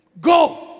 go